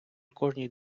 кожній